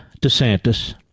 DeSantis